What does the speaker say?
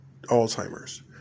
Alzheimer's